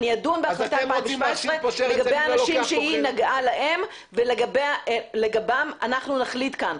אדון בהחלטה מ-2017 לגבי אנשים שהיא נגעה לגביהם ולגביהם נחליט פה.